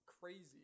crazy